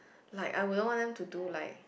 like I wouldn't want them to do like